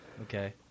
Okay